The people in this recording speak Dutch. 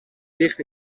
ligt